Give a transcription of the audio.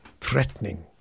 threatening